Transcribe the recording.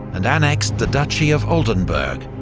and annexed the duchy of oldenburg,